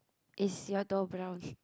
is your door brown